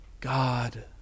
God